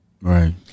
Right